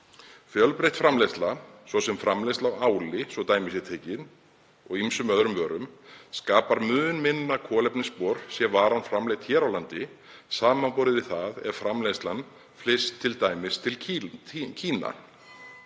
Fjölbreytt framleiðsla, svo sem framleiðsla á áli og ýmsum öðrum vörum, skapar mun minna kolefnisspor sé varan framleidd hér á landi, samanborið við það ef framleiðslan flyst til dæmis til Kína,